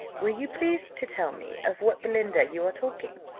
will you please to tell me of what belinda you are talking?